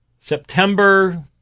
September